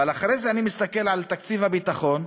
אבל אחרי זה אני מסתכל על תקציב הביטחון,